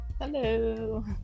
Hello